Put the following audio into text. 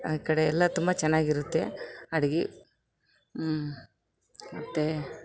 ಆ ಕಡೆಯೆಲ್ಲ ತುಂಬ ಚೆನ್ನಾಗಿರುತ್ತೆ ಅಡಿಗೆ ಮತ್ತು